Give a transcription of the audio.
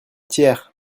tiers